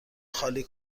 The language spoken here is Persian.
خالی